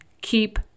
keep